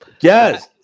yes